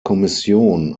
kommission